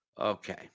Okay